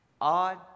odd